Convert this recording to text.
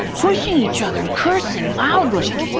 pushing each other and cursing loudly.